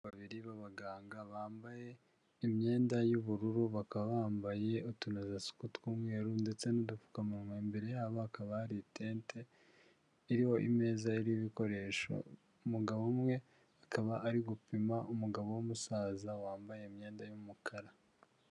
Babiri b'abaganga bambaye imyenda y'ubururu, bakaba bambaye utunozasuku tw'umweru ndetse n'udupfukamunwa, imbere yabo hakaba hari itente ririho imeza iriho ibikoresho. Umugabo umwe akaba ari gupima umugabo w'umusaza wambaye imyenda y'umukara.